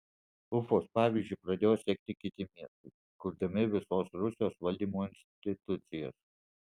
ufos pavyzdžiu pradėjo sekti kiti miestai kurdami visos rusijos valdymo institucijas